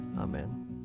Amen